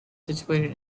situated